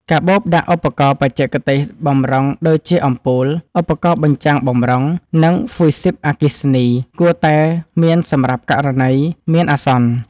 កាបូបដាក់ឧបករណ៍បច្ចេកទេសបម្រុង ដូចជាអំពូល ឧបករណ៍បញ្ចាំងបម្រុង និងហ្វុយស៊ីបអគ្គិសនី គួរតែមានសម្រាប់ករណីមានអាសន្ន។